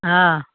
हँ